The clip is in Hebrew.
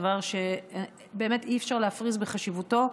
דבר שאי-אפשר להפריז בחשיבותו,